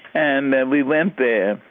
and and we went there,